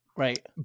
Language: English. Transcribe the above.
Right